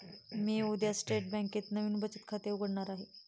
मी उद्या स्टेट बँकेत नवीन बचत खाते उघडणार आहे